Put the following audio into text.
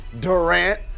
Durant